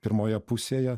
pirmoje pusėje